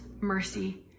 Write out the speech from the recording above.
mercy